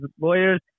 lawyers